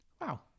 Wow